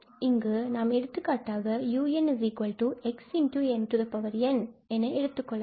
இங்கு நாம் எடுத்துக்காட்டாக un𝑥𝑛𝑛 இதை எடுத்துக்கொள்ளலாம்